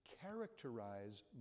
characterize